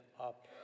up